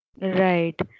Right